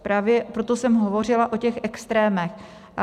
Právě proto jsem hovořila o těch extrémech.